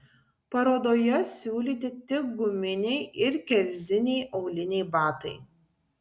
parodoje siūlyti tik guminiai ir kerziniai auliniai batai